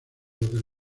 del